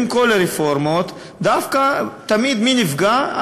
עם כל הרפורמות, מי תמיד נפגע?